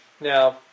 Now